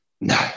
no